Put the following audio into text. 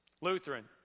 Lutheran